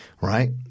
right